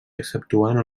exceptuant